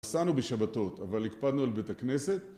נסענו בשבתות, אבל הקפדנו על בית הכנסת.